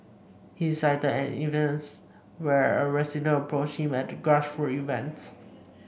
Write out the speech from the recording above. he cited an instance where a resident approached him at a grassroots event